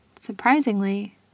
surprisingly